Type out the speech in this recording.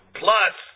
plus